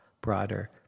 broader